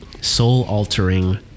soul-altering